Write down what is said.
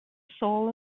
soul